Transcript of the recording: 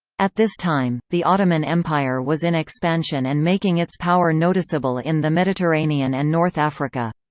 at this time, the ottoman empire was in expansion and making its power noticeable in the mediterranean and north africa.